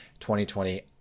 2020